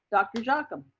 dr. jocham?